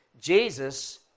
Jesus